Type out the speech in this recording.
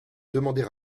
demander